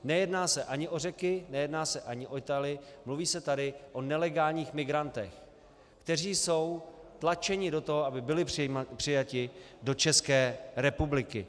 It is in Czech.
Nejedná se ani o Řeky, nejedná se ani o Italy, mluví se tady o nelegálních migrantech, kteří jsou tlačeni do toho, aby byli přijati do České republiky.